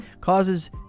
causes